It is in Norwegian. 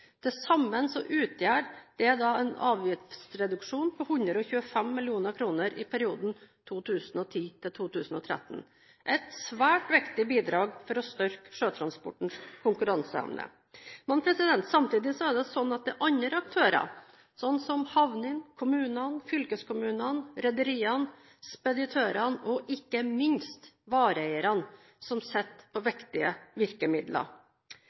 Til sammen utgjør det en avgiftsreduksjon på 125 mill. kr i perioden 2010–2013 – et svært viktig bidrag for å styrke sjøtransportens konkurranseevne. Samtidig sitter også andre aktører, slik som havner, kommuner, fylkeskommuner, rederier, speditører og – ikke minst – vareeiere, på viktige virkemidler.